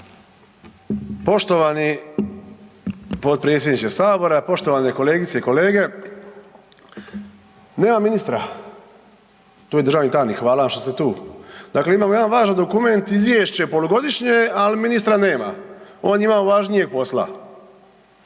Poštovani potpredsjedniče, poštovane kolegice i kolege. Nema ministra, tu je državni tajnik, hvala vam što ste tu. Dakle, imamo jedan važan dokument, izvješće polugodišnje ali ministra nema. On ima važnijeg posla.